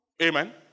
Amen